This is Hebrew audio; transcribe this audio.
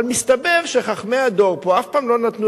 אבל מסתבר שחכמי הדור פה אף פעם לא נתנו